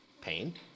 Pain